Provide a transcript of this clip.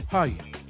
Hi